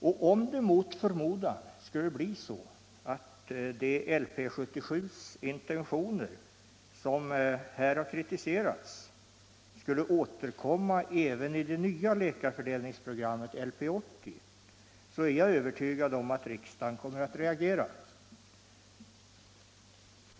Och om det mot förmodan skulle bli så att de av LP 77:s intentioner som här har kritiserats skulle återkomma i det nya läkarfördelningsprogrammet LP 80 är jag övertygad om att riksdagen kommer att reagera.